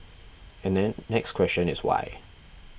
and then next question is why